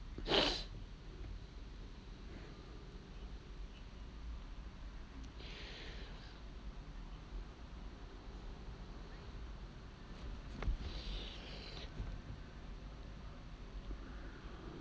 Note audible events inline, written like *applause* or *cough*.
*noise*